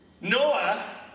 Noah